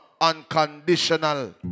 unconditional